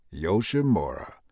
Yoshimura